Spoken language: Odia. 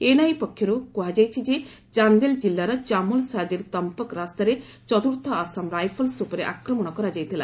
ଏନ୍ଆଇଏ ପକ୍ଷରୁ କୁହାଯାଇଛି ଯେ ଚାନ୍ଦେଲ ଜିଲ୍ଲାର ଚାମୋଲ ସାଜିର ତମ୍ପକ୍ ରାସ୍ତାରେ ଚତ୍ରର୍ଥ ଆସାମ ରାଇଫଲ୍ସ ଉପରେ ଆକ୍ରମଣ କରାଯାଇଥିଲା